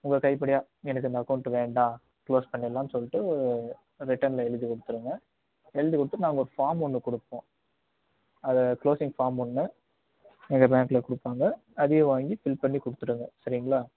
உங்கள் கைப்படையாக எனக்கு இந்த அக்கோண்ட்டு வேண்டாம் க்ளோஸ் பண்ணிரலான் சொல்லிட்டு ஓ ரிட்டனில் எழுதிக் கொடுத்துருங்க எழுதிக் கொடுத்துட் நாங்கள் ஃபார்ம் ஒன்று கொடுப்போம் அதை க்ளோஸிங் ஃபார்ம் ஒன்று எங்கள் பேங்க்கில் கொடுப்பாங்க அதையும் வாங்கி ஃபில் பண்ணி கொடுத்துடுங்க சரிங்களா